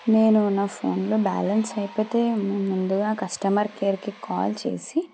నేను నా ఫోన్లో బ్యాలెన్స్ అయిపోతే ముందుగా కస్టమర్ కేర్కి కాల్ చేసి